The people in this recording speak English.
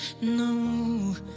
no